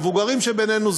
המבוגרים שבינינו,